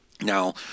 Now